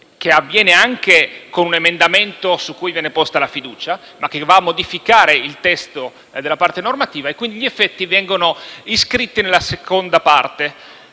che avviene anche con un emendamento su cui viene posta la fiducia, ma che va a modificare il testo della parte normativa, quindi gli effetti vengono iscritti nella seconda parte.